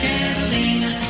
Catalina